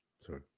Sorry